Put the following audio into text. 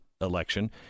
election